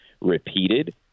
repeated